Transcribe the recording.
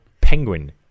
Penguin